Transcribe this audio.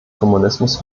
kommunismus